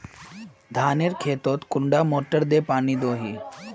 धानेर खेतोत कुंडा मोटर दे पानी दोही?